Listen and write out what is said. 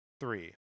three